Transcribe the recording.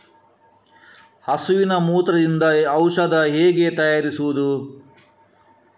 ಹಸುವಿನ ಮೂತ್ರದಿಂದ ಔಷಧ ಹೇಗೆ ತಯಾರಿಸುವುದು?